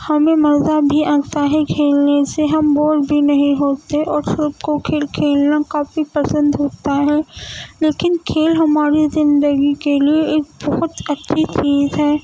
ہمیں مزہ بھی آتا ہے کھیلنے سے ہم بور بھی نہیں ہوتے اور سب کو کھیل کھیلنا کافی پسند ہوتا ہے لیکن کھیل ہماری زندگی کے لیے ایک بہت اچھی چیز ہے